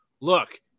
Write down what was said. look